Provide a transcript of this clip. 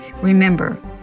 Remember